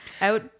out